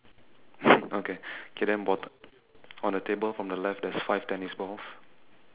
okay then okay bottom on the table from the left there's five tennis balls